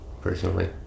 personally